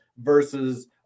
versus